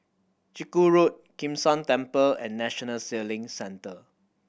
Chiku Road Kim San Temple and National Sailing Centre